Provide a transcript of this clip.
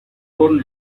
born